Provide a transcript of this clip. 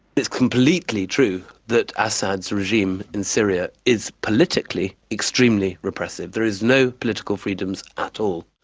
it's completely true that assad's regime in syria is politically extremely repressive. there is no political freedom at all.